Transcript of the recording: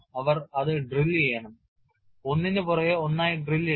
അവർ അത് drill ചെയ്യണം ഒന്നിനു പുറകെ ഒന്നായി drill ഇടുക